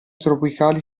tropicali